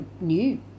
new